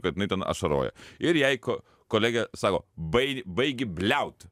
kad jinai ten ašaroja ir jai ko kolegė sako bai baigi bliaut